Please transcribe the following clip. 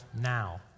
now